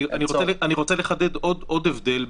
אני רוצה לחדד עוד הבדל.